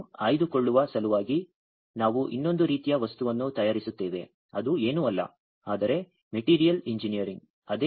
ಅದನ್ನು ಆಯ್ದುಕೊಳ್ಳುವ ಸಲುವಾಗಿ ನಾವು ಇನ್ನೊಂದು ರೀತಿಯ ವಸ್ತುವನ್ನು ತಯಾರಿಸುತ್ತೇವೆ ಅದು ಏನೂ ಅಲ್ಲ ಆದರೆ ಮೆಟೀರಿಯಲ್ ಎಂಜಿನಿಯರಿಂಗ್